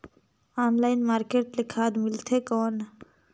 Online market ले खाद मिलथे कौन?